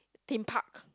Theme Park